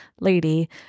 lady